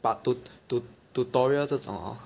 but tu~ tu~ tutorial 这种 hor